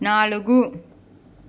నాలుగు